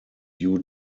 due